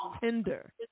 tender